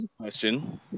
question